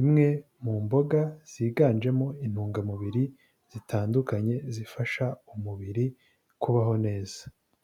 imwe mu mboga ziganjemo intungamubiri zitandukanye zifasha umubiri kubaho neza.